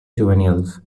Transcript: juvenils